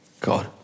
God